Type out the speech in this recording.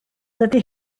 dydy